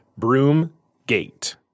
Broomgate